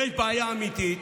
יש בעיה אמיתית,